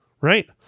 right